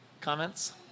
Comments